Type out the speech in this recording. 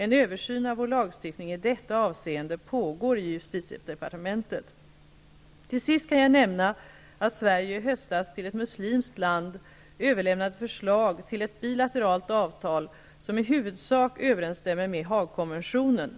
En översyn av vår lagstiftning i detta avseende pågår i justitiedepartementet. Till sist kan jag nämna att Sverige i höstas till ett muslimskt land överlämnade ett förslag till ett bilateralt avtal som i huvudsak överensstämmer med Haagkonventionen,